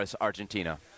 Argentina